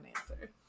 answer